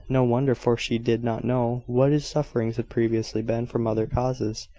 no wonder for she did not know what his sufferings had previously been from other causes,